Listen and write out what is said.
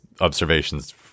observations